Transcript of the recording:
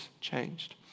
changed